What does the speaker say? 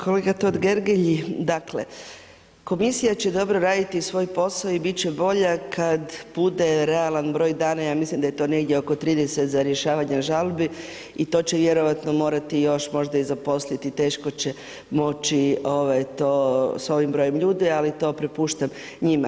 Kolega Tortgergeli, dakle komisija će dobro raditi svoj posao i biti će bolja kada bude realan broj dana, ja mislim da je to negdje oko 30 za rješavanje žalbi i to će vjerojatno morati još možda i zaposliti, teško će moći to s ovim brojem ljudi ali to prepuštam njima.